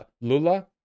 Lula